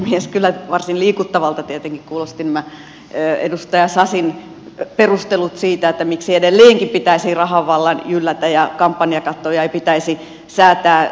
kyllä varsin liikuttavilta tietenkin kuulostivat nämä edustaja sasin perustelut siitä miksi edelleenkin pitäisi rahan vallan jyllätä ja kampanjakattoja ei pitäisi säätää